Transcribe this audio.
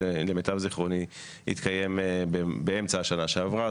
שלמיטב זכרוני התקיים באמצע השנה שעברה,